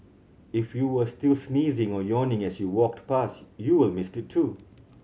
if you were still sneezing or yawning as you walked past you will miss it too